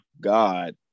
God